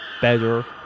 better